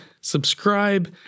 subscribe